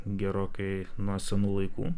gerokai nuo senų laikų